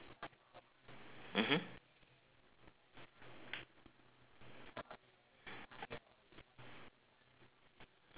mmhmm